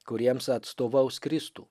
kuriems atstovaus kristų